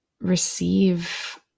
receive